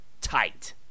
tight